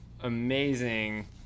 amazing